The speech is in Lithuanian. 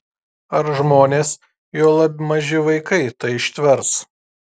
ar žmonės juolab maži vaikai tai ištvers